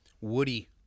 Woody